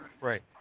right